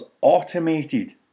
automated